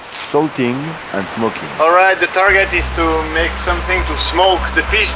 salting and smoking. all right, the target is to make something to smoke the fish